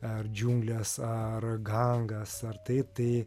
ar džiunglės ar ganga sartai tai